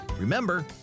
Remember